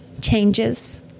changes